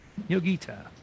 Yogita